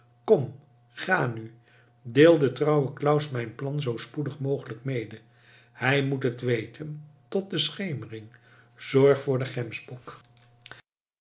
kom ga nu deel den trouwen claus mijn plan zoo spoedig mogelijk mede hij moet het weten tot de schemering zorg voor den